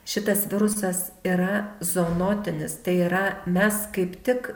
šitas virusas yra zoonotinis tai yra mes kaip tik